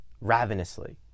ravenously